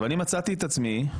אני מצאתי את עצמי,